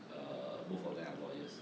err both of their lawyers